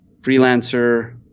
Freelancer